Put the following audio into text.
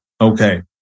Okay